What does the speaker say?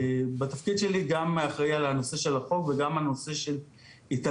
בתפקיד שלי גם אחראי על הנושא של החוק וגם על הנושא של מניעת